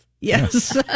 Yes